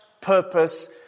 purpose